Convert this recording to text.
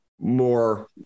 more